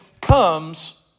comes